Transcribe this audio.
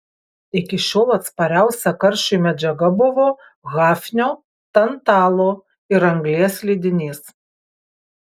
iki šiol atspariausia karščiui medžiaga buvo hafnio tantalo ir anglies lydinys